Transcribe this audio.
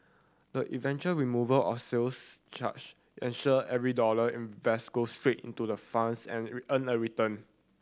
the eventual removal of sales charge ensure every dollar invested go straight into the funds and earn a return